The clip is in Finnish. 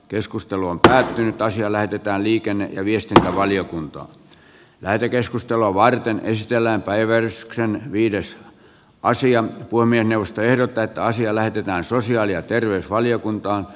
keskustelu on päätynyt asia lähetetään liikenne ja viestintävaliokuntaa lähetekeskustelua varten risteillä päiväys on viides asian puiminen puhemiesneuvosto ehdottaa että asia lähetetään sosiaali ja terveysvaliokuntaan